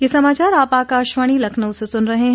ब्रे क यह समाचार आप आकाशवाणी लखनऊ से सुन रहे हैं